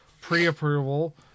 pre-approval